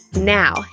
Now